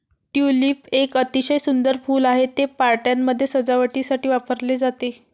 tulip एक अतिशय सुंदर फूल आहे, ते पार्ट्यांमध्ये सजावटीसाठी वापरले जाते